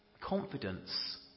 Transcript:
confidence